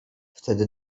wtedy